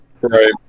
Right